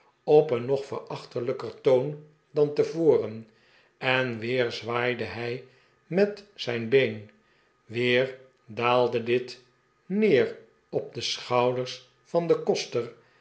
op een nog verachtelijkertoon dan tevoren en weer zwaaide hij met zijn been weer daalde dit neer op de schouders van den koster